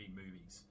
movies